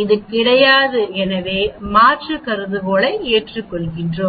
அந்த கிடையாதுஎனவே மாற்று கருதுகோளை ஏற்றுக்கொள்கிறோம்